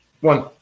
One